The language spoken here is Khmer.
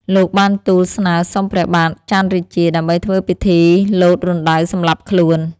លោកបានទូលស្នើសុំព្រះបាទច័ន្ទរាជា ដើម្បីធ្វើពិធីលោតរណ្ដៅសម្លាប់ខ្លួន។